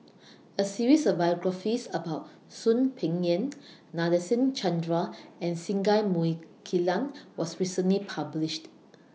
A series of biographies about Soon Peng Yam Nadasen Chandra and Singai Mukilan was recently published